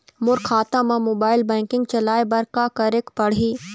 मोर खाता मा mobile banking चलाए बर का करेक पड़ही?